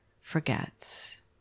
forgets